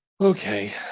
Okay